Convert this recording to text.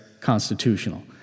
constitutional